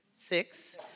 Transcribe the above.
six